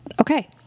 Okay